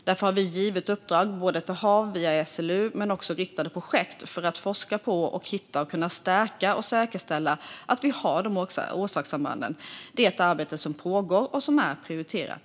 Därför har vi givit uppdrag till HaV via SLU och även riktade projekt för att forska på att stärka och säkerställa dessa orsakssamband. Detta arbete pågår och är prioriterat.